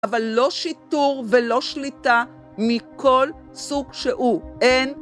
אבל לא שיטור ולא שליטה מכל סוג שהוא, אין...